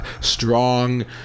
strong